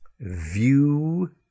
view